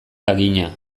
lagina